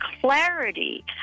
clarity